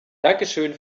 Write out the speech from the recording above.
dankeschön